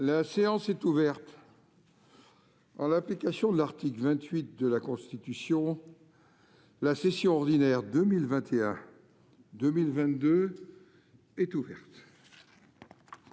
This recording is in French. les réserves d'usage. En application de l'article 28 de la Constitution, la session ordinaire de 2021-2022 est ouverte.